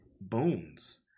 bones